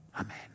Amen